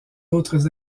autres